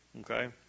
Okay